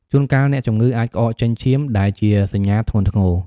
ជួនកាលអ្នកជំងឺអាច ក្អកចេញឈាម ដែលជាសញ្ញាធ្ងន់ធ្ងរ។